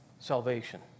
salvation